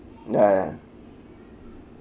ya ya